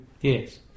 Yes